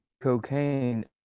cocaine